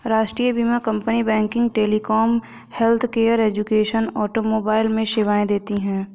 राष्ट्रीय बीमा कंपनी banking, telecom, healthcare, education, automobile में सेवाएं देती है